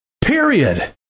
period